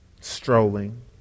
strolling